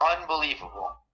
unbelievable